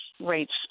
rates